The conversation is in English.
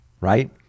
right